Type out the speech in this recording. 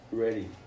ready